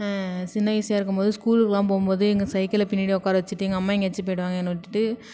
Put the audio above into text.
சின்ன வயசியாக இருக்கும்போது ஸ்கூலுக்கெலாம் போகும்போது எங்கள் சைக்கிள்ல பின்னாடி உக்கார வச்சிகிட்டு எங்கள் அம்மா எங்கேயாச்சும் போயிடுவாங்க என்னை விட்டுட்டு